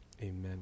amen